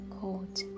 cold